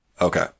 Okay